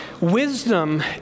Wisdom